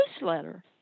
newsletter